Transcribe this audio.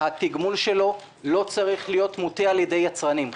התגמול שלו לא צריך להיות מוטה על ידי יצרנים.